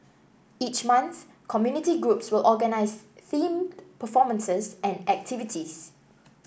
each month community groups will organise themed performances and activities